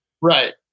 right